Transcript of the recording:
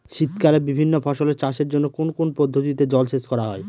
শীতকালে বিভিন্ন ফসলের চাষের জন্য কোন কোন পদ্ধতিতে জলসেচ করা হয়?